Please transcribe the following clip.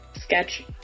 sketch